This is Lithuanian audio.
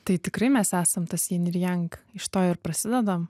tai tikrai mes esam tas jing ir jang iš to ir prasidedam